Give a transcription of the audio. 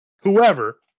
whoever